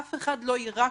אף אחד לא ירק